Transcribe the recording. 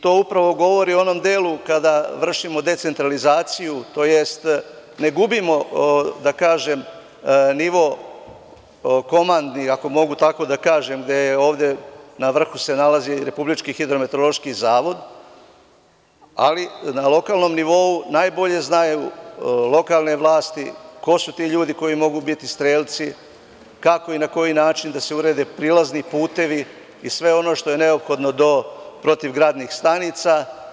To upravo govori o onom delu kada vršimo decentralizaciju, tj. ne gubimo, ako mogu da tako kažem, nivo komandi, gde se na vrhu nalazi Republički hidrometeorološki zavod, ali na lokalnom nivou najbolje znaju lokalne vlasti ko su ti ljudi koji mogu biti strelci, kako i na koji način da se urede prilazni putevi i sve ono što je neophodno do protivgradnih stanica.